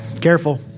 Careful